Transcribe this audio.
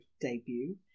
debut